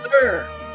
sir